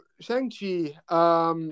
Shang-Chi